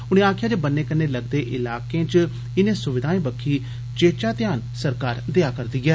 उनें आक्खेआ जे ब'न्ने कन्ने लगदे इलाकें च इनें सुविधाएं बक्खी चेचा ध्यान दित्ता जा करदा ऐ